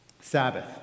sabbath